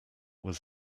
was